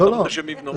איפה אתה רוצה שהם יבנו?